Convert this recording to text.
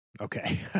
Okay